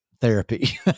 therapy